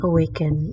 Awaken